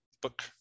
Book